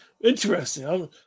interesting